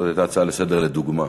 זאת הייתה הצעה לסדר-היום לדוגמה,